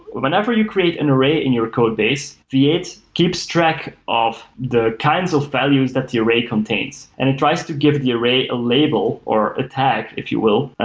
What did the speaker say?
whenever you create an array in your codebase, v eight keeps track of the kinds of values that the array contains and it tries to give the array a label, or a tag if you will,